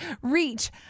reach